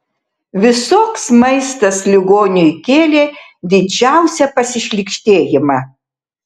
visoks maistas ligoniui kėlė didžiausią pasišlykštėjimą